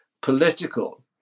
political